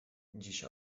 dziś